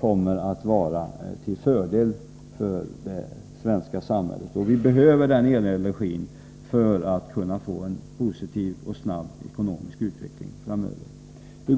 kommer att vara till fördel för det svenska samhället. Vi behöver den elenergin för att kunna få en positiv och snabb ekonomisk utveckling framöver.